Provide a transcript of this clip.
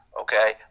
okay